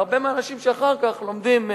והרבה מהאנשים שאחר כך לומדים,